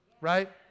right